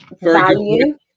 value